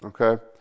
okay